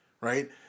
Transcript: Right